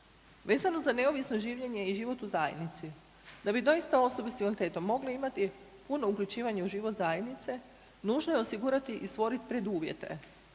Vezano za neovisno življenje i život u zajednici da bi doista osobe s invaliditetom mogle imati puno uključivanje u život zajednice nužno je osigurati i stvorit preduvjete,